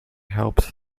helped